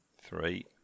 three